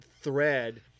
thread